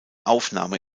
aufnahme